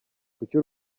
kuki